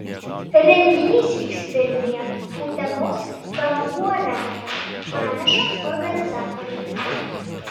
renginys vyks vilniuje utenos pramogų arenoje praneša organizatoriai